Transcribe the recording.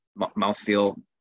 mouthfeel